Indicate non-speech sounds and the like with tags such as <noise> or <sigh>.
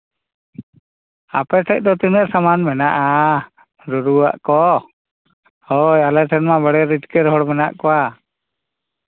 ᱟᱯᱮ ᱴᱷᱮᱡ ᱫᱚ ᱛᱤᱱᱟᱹᱜ ᱥᱟᱢᱟᱱ ᱢᱮᱱᱟᱜᱼᱟ ᱨᱩᱨᱩᱣᱟᱜ ᱠᱚ ᱦᱳᱭ ᱟᱞᱮ ᱴᱷᱮᱱ ᱢᱟ <unintelligible> ᱦᱚᱲ ᱢᱮᱱᱟᱜ ᱠᱚᱣᱟ